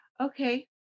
Okay